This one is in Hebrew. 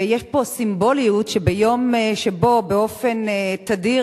ויש פה סימבוליות שביום שבו באופן תדיר,